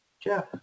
Jeff